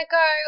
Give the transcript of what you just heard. go